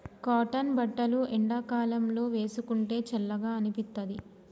cotton బట్టలు ఎండాకాలం లో వేసుకుంటే చల్లగా అనిపిత్తది